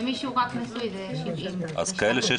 ומי שהוא רק נשוי זה 70. אז כאלה שיש